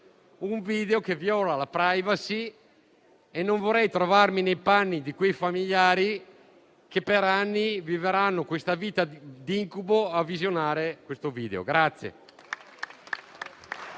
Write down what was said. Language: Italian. un video che viola la *privacy*. Non vorrei trovarmi nei panni di quei familiari che per anni vivranno una vita da incubo nel visionare questo video.